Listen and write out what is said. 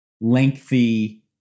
lengthy